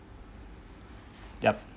yup